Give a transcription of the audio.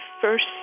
first